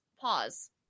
Pause